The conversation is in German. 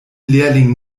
lehrling